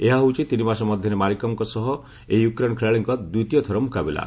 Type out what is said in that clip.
ଏହା ହେଉଛି ତିନିମାସ ମଧ୍ୟରେ ମାରିକମ୍ଙ୍କ ସହ ଏହି ୟୁକ୍ରେନ ଖେଳାଳିଙ୍କ ଦ୍ୱିତୀୟଥର ମୁକାବିଲା